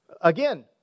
Again